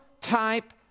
type